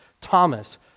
Thomas